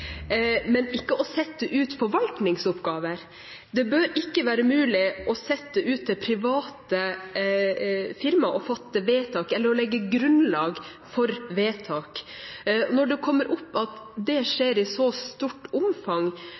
bør ikke være mulig å sette ut til private firmaer å fatte vedtak eller å legge grunnlag for vedtak. Når det kommer opp at det skjer i så stort omfang,